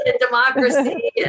democracy